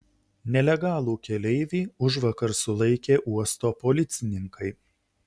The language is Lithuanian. nelegalų keleivį užvakar sulaikė uosto policininkai